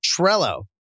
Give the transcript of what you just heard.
Trello